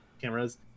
cameras